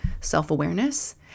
self-awareness